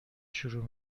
شروع